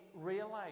realize